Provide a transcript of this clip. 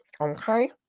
Okay